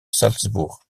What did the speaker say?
salzbourg